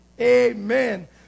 amen